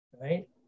right